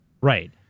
Right